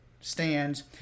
stands